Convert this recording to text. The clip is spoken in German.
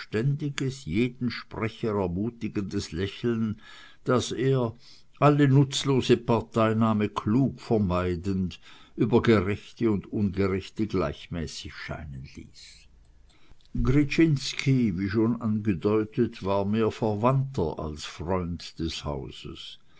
jeden sprecher ermutigendes lächeln das er alle nutzlose parteinahme klug vermeidend über gerechte und ungerechte gleichmäßig scheinen ließ gryczinski wie schon angedeutet war mehr verwandter als freund des hauses